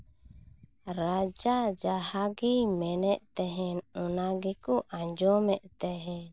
ᱨᱟᱡᱟ ᱡᱟᱦᱟᱸ ᱜᱮᱭ ᱢᱮᱱᱮᱫ ᱛᱟᱦᱮᱱ ᱚᱱᱟ ᱜᱮᱠᱚ ᱟᱸᱡᱚᱢᱮᱫ ᱛᱟᱦᱮᱱ